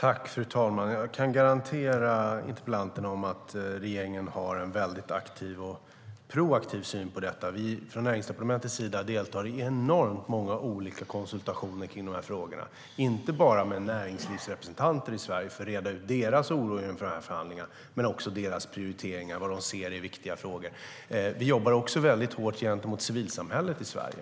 Fru talman! Jag kan garantera interpellanten att regeringen har en aktiv och proaktiv syn på detta. Från Näringsdepartementets sida deltar vi i enormt många olika konsultationer i de här frågorna, inte bara med näringslivsrepresentanter i Sverige, för att reda ut deras oro över förhandlingarna och också för att höra deras prioriteringar, vad de ser är viktiga frågor. Vi jobbar också hårt gentemot civilsamhället i Sverige.